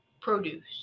produce